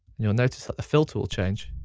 you'll notice that the filter will change.